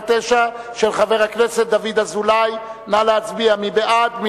עברה בקריאה טרומית ותועבר לוועדת העבודה,